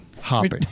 Hopping